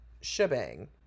shebang